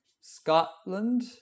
scotland